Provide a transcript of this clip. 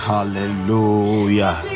Hallelujah